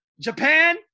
Japan